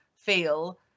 feel